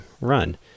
run